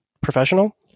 professional